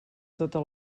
tota